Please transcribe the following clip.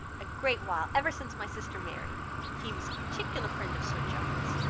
a great while ever since my sister married he was a particular friend of sir john's.